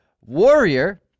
Warrior